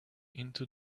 into